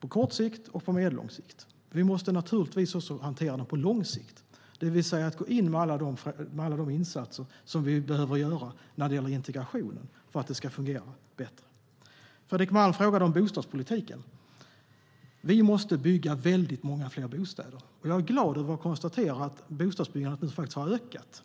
på kort sikt och på medellång sikt. Vi måste naturligtvis också hantera den på lång sikt, det vill säga att gå in med alla de insatser som vi behöver göra när det gäller att få integrationen att fungera bättre. Fredrik Malm frågade om bostadspolitiken. Vi måste bygga väldigt många fler bostäder. Jag är glad över att konstatera att bostadsbyggandet faktiskt har ökat.